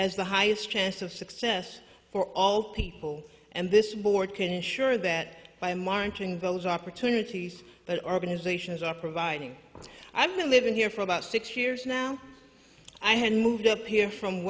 has the highest chance of success for all people and this board can ensure that by marching those opportunities but organizations are providing i've been living here for about six years now i had moved up here from